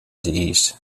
east